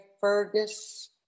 Fergus